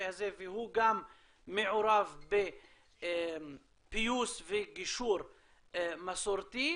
הזה והוא גם מעורב בפיוס וגישור מסורתי,